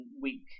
week